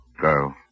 go